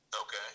Okay